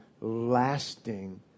lasting